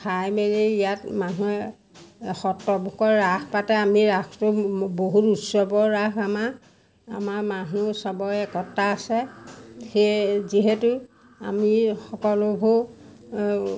খাই মেলি ইয়াত মানুহে এ সত্ৰবোৰত ৰাস পাতে আমি ৰাসটো বহুত উৎসৱৰ ৰাস আমাৰ আমাৰ মানুহ সবৰে একতা আছে সেই যিহেতু আমি সকলোবোৰ